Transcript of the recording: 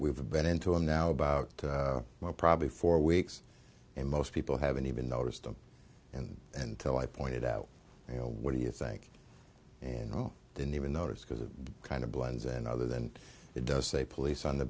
we've been into a now about well probably four weeks and most people haven't even noticed them and until i pointed out you know what do you think and no didn't even notice because it kind of blends and other than it does say police on the